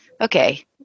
okay